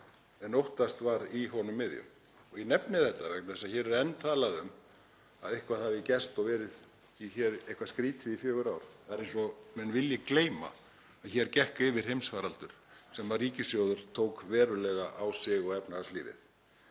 en óttast var í honum miðjum. Ég nefni þetta vegna þess að hér er enn talað um að eitthvað hafi gerst og verið skrýtið í fjögur ár. Það er eins og menn vilji gleyma að hér gekk yfir heimsfaraldur sem ríkissjóður tók verulega á sig og efnahagslífið.